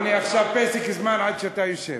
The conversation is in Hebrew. עכשיו פסק זמן עד שאתה יושב.